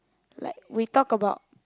like we talk about